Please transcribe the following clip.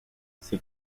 ses